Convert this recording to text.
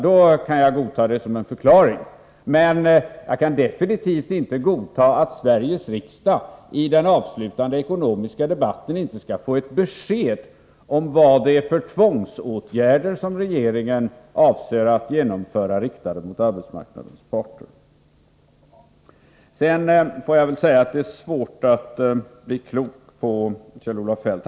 Det kan jag i så fall godta som en förklaring, men jag kan definitivt inte godta att Sveriges riksdag i den avslutande ekonomiska debatten inte skall få ett besked om vad det är för tvångsåtgärder riktade mot arbetsmarknadens parter som regeringen avser att genomföra. Det är svårt att bli klok på Kjell-Olof Feldt.